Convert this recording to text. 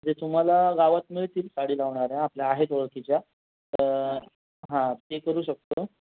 म्हणजे तुम्हाला गावात मिळतील साडी लावणाऱ्या आपल्या आहेत ओळखीच्या हां ते करू शकतो